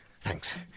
Thanks